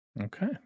Okay